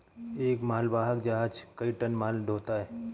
एक मालवाहक जहाज कई टन माल ढ़ोता है